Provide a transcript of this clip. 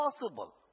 possible